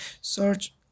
search